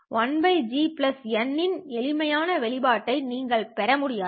1Gnsp இன் எளிமையான வெளிப்பாட்டை நீங்கள் பெற முடியாது